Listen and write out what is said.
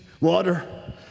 Water